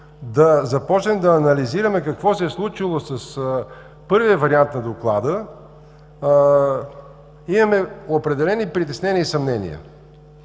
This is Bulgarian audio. ние започваме да анализираме какво се е случило с първия вариант на доклада и имаме определени съмнения и притеснения.